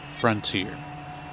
Frontier